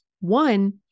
One